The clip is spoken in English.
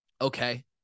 Okay